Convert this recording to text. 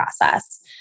process